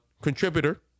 contributor